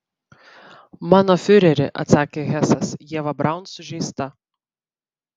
mano fiureri atsakė hesas ieva braun sužeista